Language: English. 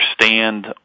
understand